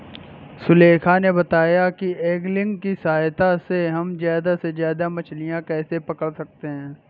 सुलेखा ने बताया कि ऐंगलिंग की सहायता से हम ज्यादा से ज्यादा मछलियाँ कैसे पकड़ सकते हैं